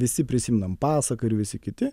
visi prisimenam pasaka ir visi kiti